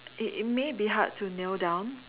it it may be hard to nail down